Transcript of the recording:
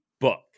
book